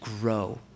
grow